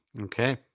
Okay